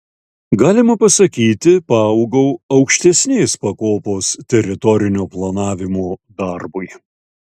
galima pasakyti paaugau aukštesnės pakopos teritorinio planavimo darbui